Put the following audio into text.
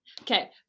okay